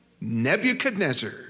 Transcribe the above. Nebuchadnezzar